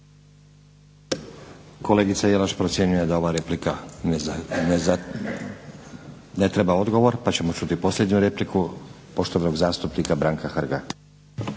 Kolegica Jelaš procjenjuje da ova replika ne treba odgovor pa ćemo čuti posljednju repliku poštovanog zastupnika Branka Hrga.